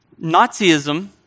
Nazism